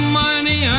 money